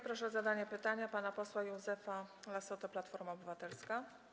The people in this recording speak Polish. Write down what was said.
Proszę o zadanie pytania pana posła Józefa Lassotę, Platforma Obywatelska.